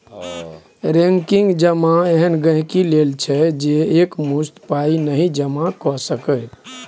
recurring जमा एहन गांहिकी लेल छै जे एकमुश्त पाइ नहि जमा कए सकैए